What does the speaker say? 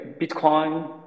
Bitcoin